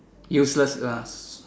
useless ah